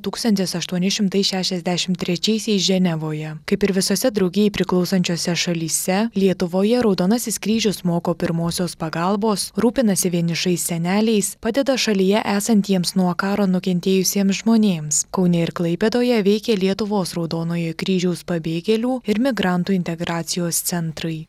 tūkstantis aštuoni šimtai šešiasdešimt trečiaisiais ženevoje kaip ir visose draugijai priklausančiose šalyse lietuvoje raudonasis kryžius moko pirmosios pagalbos rūpinasi vienišais seneliais padeda šalyje esantiems nuo karo nukentėjusiems žmonėms kaune ir klaipėdoje veikia lietuvos raudonojo kryžiaus pabėgėlių ir migrantų integracijos centrai